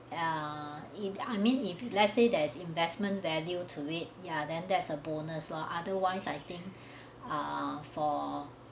ah if I mean if you let's say there's investment value to wait ya then that's a bonus loh otherwise I think ah for